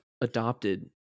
adopted